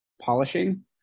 polishing